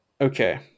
Okay